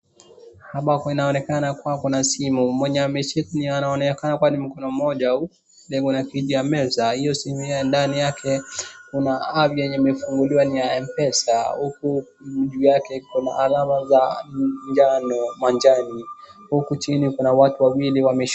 Hapa kunaonekana kuwa kuna simu, mwenye ameshika anaonekana kwani kuna mmoja au mwenye anapiga meza hiyo simu ya ndani yake kuna app yenye imefunguliwa ya M-pesa huku dudu yake iko na alama za njano majani huku chini kuna watu wawili wameshiki[.]